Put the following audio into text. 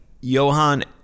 Johan